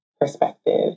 perspective